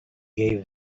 gave